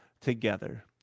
together